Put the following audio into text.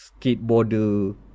skateboard